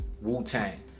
Wu-Tang